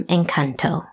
Encanto